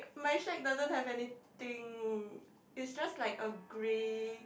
my shed doesn't have anything is just like a grey